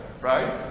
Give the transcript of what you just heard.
right